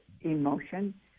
emotion